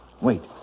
Wait